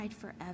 forever